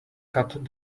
cut